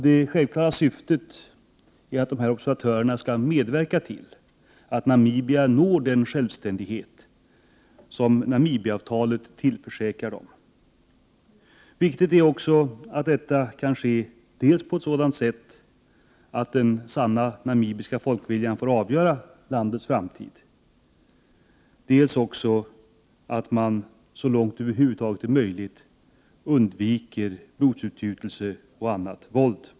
Det självklara syftet är att de här observatörerna skall medverka till att Namibia når den självständighet som Namibiaavtalet tillförsäkrar landet. Det är också viktigt att detta kan ske på ett sådant sätt att den sanna namibiska folkviljan får avgöra landets framtid, samtidigt som man så långt det över huvud taget är möjligt skall undvika blodsutgjutelser och annat våld.